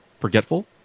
forgetful